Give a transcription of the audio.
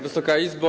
Wysoka Izbo!